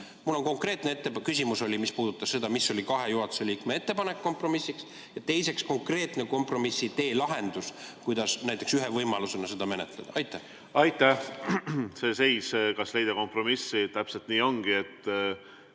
esiteks konkreetne küsimus, mis puudutas seda, mis oli kahe juhatuse liikme ettepanek kompromissiks; ja teiseks konkreetne kompromissitee, lahendus, kuidas näiteks ühe võimalusena seda menetleda. Aitäh! See seis, kas leida kompromissi – täpselt nii ongi, et